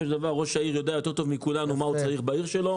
של דבר ראש העיר יודע יותר טוב מכולנו מה הוא צריך בעיר שלו.